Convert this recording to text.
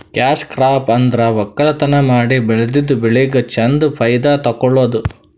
cash crop ಅಂದ್ರ ವಕ್ಕಲತನ್ ಮಾಡಿ ಬೆಳದಿದ್ದ್ ಬೆಳಿಗ್ ಚಂದ್ ಫೈದಾ ತಕ್ಕೊಳದು